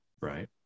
Right